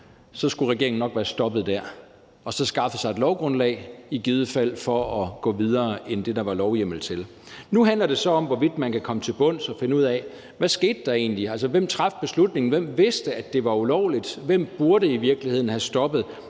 Så skulle regeringen nok være stoppet dér og så have skaffet sig et lovgrundlag for i givet fald at gå videre end det, der var lovhjemmel til. Nu handler det så om, hvorvidt man kan komme til bunds i det og finde ud af: Hvad skete der egentlig; hvem traf beslutningen; hvem vidste, at det var ulovligt; hvem burde i virkeligheden have stoppet